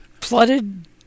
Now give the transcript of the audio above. flooded